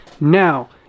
now